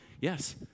Yes